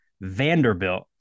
Vanderbilt